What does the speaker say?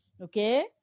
Okay